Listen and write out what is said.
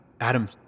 Adam